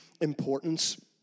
importance